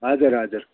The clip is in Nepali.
हजुर हजुर